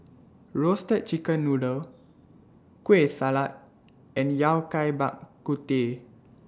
Roasted Chicken Noodle Kueh Salat and Yao Cai Bak Kut Teh